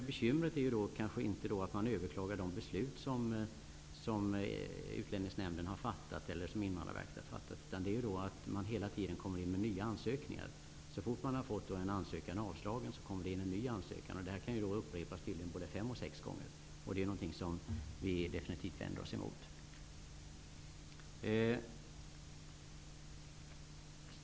Bekymret är kanske inte att man överklagar de beslut som Invandrarverket har fattat, utan att det hela tiden kommer in nya ansökningar. Så fort en ansökan har avslagits kommer en ny ansökan in, vilket tydligen kan upprepas både fem och sex gånger. Det vänder vi oss definitivt emot.